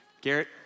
Garrett